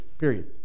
Period